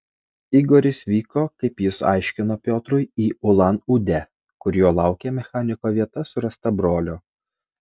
igoris vyko kaip jis aiškino piotrui į ulan udę kur jo laukė mechaniko vieta surasta brolio